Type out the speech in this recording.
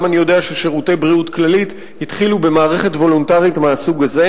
אני גם יודע ש"שירותי בריאות כללית" התחילו במערכת וולונטרית מהסוג הזה,